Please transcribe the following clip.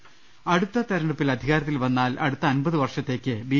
രുവെട്ടിരി അടുത്ത തെരഞ്ഞെടുപ്പിൽ അധികാരത്തിൽ വന്നാൽ അടുത്ത അൻപത് വർഷത്തേക്ക് ബി